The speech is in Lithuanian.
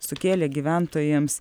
sukėlė gyventojams